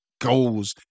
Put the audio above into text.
goals